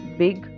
big